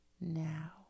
now